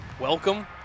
Welcome